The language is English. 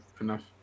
enough